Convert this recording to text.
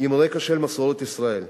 עם רקע של מסעות ישראל.